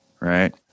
right